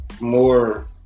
more